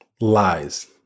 Lies